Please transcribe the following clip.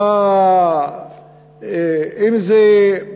אם על